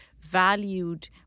valued